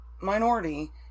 minority